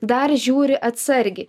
dar žiūri atsargiai